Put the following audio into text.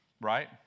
Right